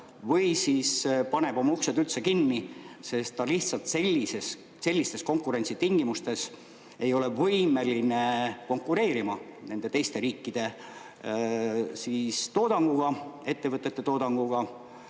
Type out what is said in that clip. või siis paneb oma uksed üldse kinni, sest lihtsalt sellistes konkurentsitingimustes ei olda võimelised konkureerima teiste riikide ettevõtete toodanguga.